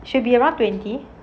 should be around twenty